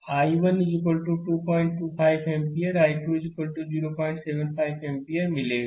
slide समय देखें 1655 I1 225 ampere I2 075 ampere मिलेगा